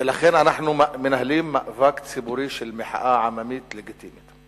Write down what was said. ולכן אנחנו מנהלים מאבק ציבורי של מחאה עממית לגיטימית.